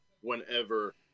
whenever